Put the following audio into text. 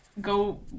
go